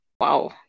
Wow